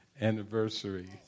anniversary